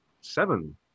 Seven